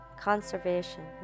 conservation